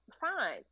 fine